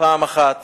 פעם אחת